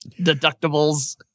deductibles